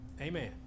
amen